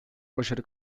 başarı